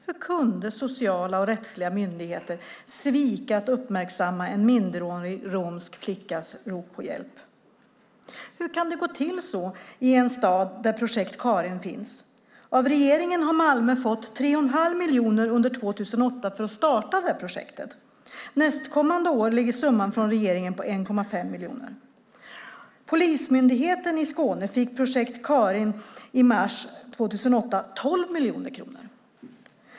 Hur kunde sociala och rättsliga myndigheter svika att uppmärksamma en minderårig romsk flickas rop på hjälp? Hur kan det gå till så i en stad där Projekt Karin finns? Av regeringen har Malmö fått 3 1⁄2 miljoner under 2008 för att starta det här projektet. Nästkommande år ligger summan från regeringen på 1,5 miljoner. Av Polismyndigheten i Skåne fick Projekt Karin 12 miljoner kronor i mars 2008.